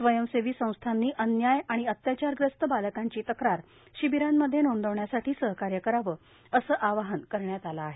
स्वयंसेवी संस्थांनी अन्यायए अत्याचारग्रस्त बालकांची तक्रार शिबिरामध्ये नोंदविण्यासाठी सहकार्य करावंए असं वाहन करण्यात लं हे